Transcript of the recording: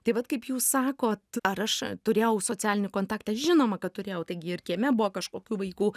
tai vat kaip jūs sakot ar aš turėjau socialinį kontaktą žinoma kad turėjau taigi ir kieme buvo kažkokių vaikų